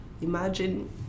imagine